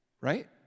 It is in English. Right